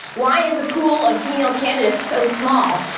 why is the pool of female candidates so small?